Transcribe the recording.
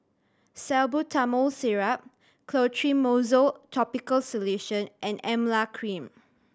Salbutamol Syrup Clotrimozole Topical Solution and Emla Cream